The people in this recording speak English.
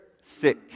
sick